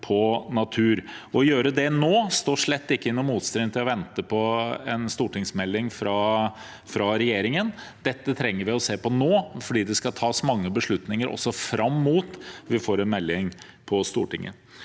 Å gjøre det nå står slett ikke i motstrid til å vente på en stortingsmelding fra regjeringen. Dette trenger vi å se på nå fordi det skal tas mange beslutninger også fram mot at vi får en melding til Stortinget.